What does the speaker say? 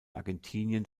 argentinien